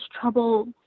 trouble